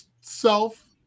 self